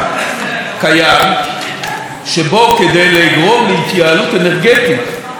שבו כדי לגרום להתייעלות אנרגטית ולאפשר לאנשים לחסוך חשמל,